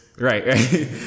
right